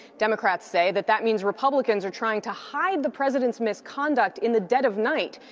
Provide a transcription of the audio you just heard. democrats say that that means republicans are trying to hide the president's misconduct in the dead of night,